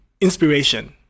inspiration